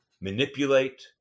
manipulate